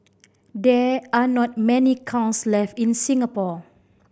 there are not many kilns left in Singapore